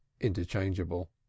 interchangeable